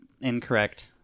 incorrect